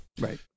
right